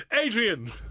Adrian